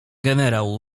generał